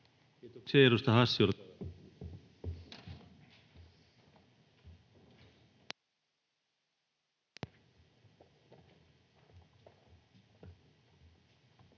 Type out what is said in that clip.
Kiitos.